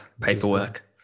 Paperwork